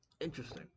interesting